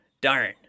darn